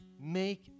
Make